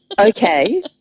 Okay